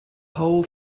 whole